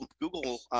Google